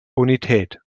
bonität